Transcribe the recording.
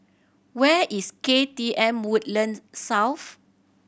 where is K T M Woodland South